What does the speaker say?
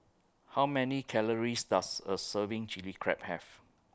How Many Calories Does A Serving Chilli Crab Have